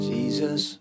Jesus